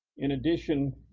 in addition,